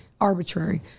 arbitrary